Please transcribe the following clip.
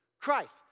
Christ